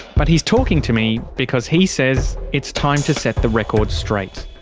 but he's talking to me because he says it's time to set the record straight.